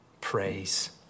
praise